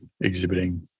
exhibiting